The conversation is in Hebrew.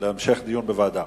להמשך דיון בוועדה.